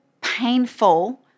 painful